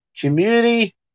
community